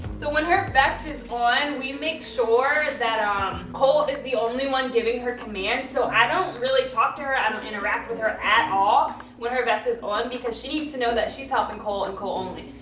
so when her vest is on, we make sure that um cole is the only one giving her commands. so i don't really talk to her, i don't interact with her at all when her vest is on because she needs to know that she's helping cole and cole only.